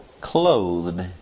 clothed